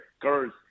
girls